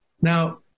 Now